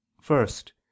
first